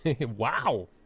Wow